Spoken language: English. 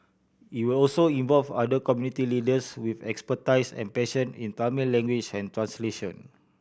it will also involve other community leaders with expertise and passion in Tamil language and translation